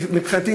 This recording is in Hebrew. ומבחינתי,